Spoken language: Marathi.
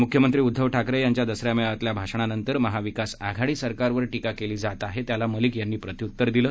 मुख्यमंत्री उद्दव ठाकरे यांच्या दसरा मेळाव्यातल्या भाषणानंतर महाविकास आघाडी सरकारवर टीका केली जात आहे त्याला मलिक यांनी प्रत्युत्तर दिलं